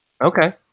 Okay